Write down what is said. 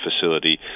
facility